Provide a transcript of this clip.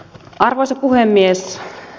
arvoisa puhemies